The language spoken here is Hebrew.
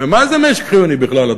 ומה זה משק חיוני בכלל,